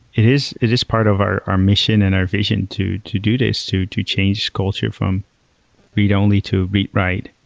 it is it is part of our our mission and our vision to to do this, to to change culture from read only to read write.